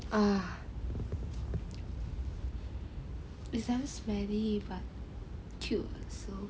ah it's damn smelly but cute so